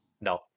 no